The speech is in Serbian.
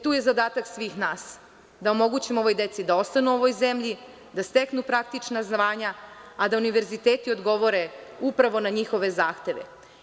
Tu je zadatak svih nas da omogućimo ovoj deci da ostanu u ovoj zemlji, da steknu praktična znanja, a da univerziteti odgovore na njihove zahteve.